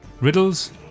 riddles